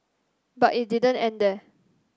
but it didn't end there